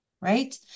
right